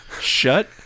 shut